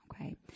Okay